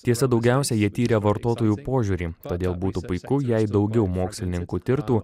tiesa daugiausia jie tyrė vartotojų požiūrį todėl būtų puiku jei daugiau mokslininkų tirtų